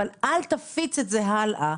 אבל אל תפיץ את זה הלאה,